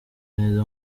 neza